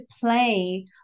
play